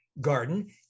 garden